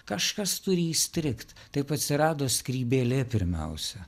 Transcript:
kažkas turi įstrigt taip atsirado skrybėlė pirmiausia